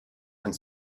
and